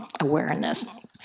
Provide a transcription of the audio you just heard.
awareness